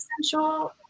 essential